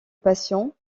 patient